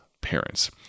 parents